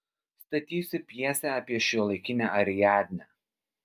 statysiu pjesę apie šiuolaikinę ariadnę